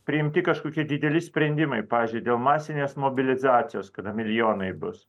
priimti kažkokie dideli sprendimai pavyzdžiui dėl masinės mobilizacijos kada milijonai bus